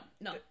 no